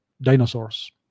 dinosaurs